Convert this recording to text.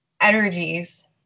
energies